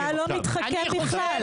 לימור סון הר מלך (עוצמה יהודית): אתה לא מתחכם בכלל.